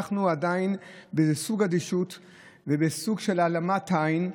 אנחנו עדיין באיזה סוג של אדישות ובסוג של העלמת עין.